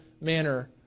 manner